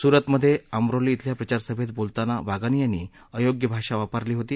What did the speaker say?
सुरतमधे अम्रोली खेल्या प्रचारसभेत बोलताना वागानी यांनी अयोग्य भाषा वापरली होती